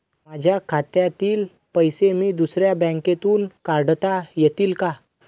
माझ्या खात्यातील पैसे मी दुसऱ्या बँकेतून काढता येतील का?